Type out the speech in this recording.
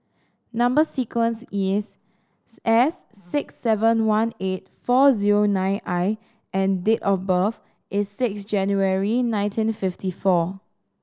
number sequence is S six seven one eight four zero nine I and date of birth is six January nineteen fifty four